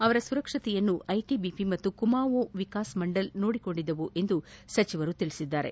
ಅವರ ಸುರಕ್ಷತೆಯನ್ನು ಐಟಿಬಿಪಿ ಮತ್ತು ಕುಮಾವೋನ್ ವಿಕಾಸ್ ಮಂಡಲ್ ನೋಡಿಕೊಂಡಿದ್ದವು ಎಂದು ಸಚಿವೆ ತಿಳಿಸಿದ್ದಾರೆ